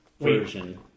version